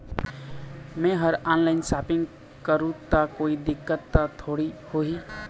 मैं हर online shopping करू ता कोई दिक्कत त थोड़ी होही?